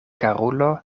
karulo